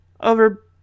Over